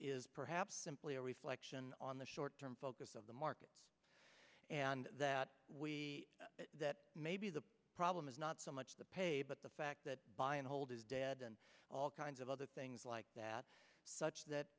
is perhaps simply a reflection on the short term focus of the market and that that may be the problem is not so much the pe but the fact that buy and hold is dead and all kinds of other things like that such that